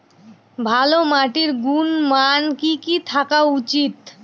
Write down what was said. ভালো মাটির গুণমান কি কি থাকা উচিৎ?